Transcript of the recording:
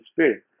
Spirit